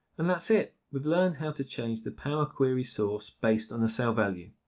and that's it. we've learned how to change the power query source based on the cell value.